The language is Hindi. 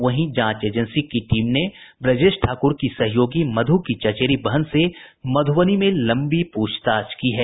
वहीं जांच एजेंसी की टीम ने ब्रजेश ठाकुर की सहयोगी मधु की चचेरी बहन से मधुबनी में लम्बी पूछताछ की है